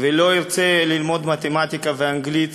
ולא ירצה ללמוד מתמטיקה ואנגלית